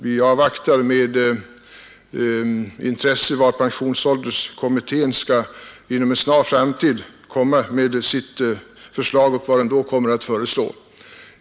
Vi avvaktar med intresse vad pensionsålderskommittén, som inom en snar framtid skall lägga fram sitt förslag, kommer att föreslå.